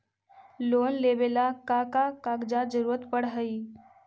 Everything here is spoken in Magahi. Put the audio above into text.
लोन लेवेला का का कागजात जरूरत पड़ हइ?